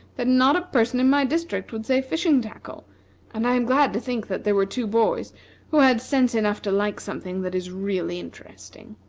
that not a person in my district would say fishing-tackle and i am glad to think that there were two boys who had sense enough to like something that is really interesting.